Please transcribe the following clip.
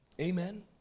Amen